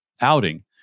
outing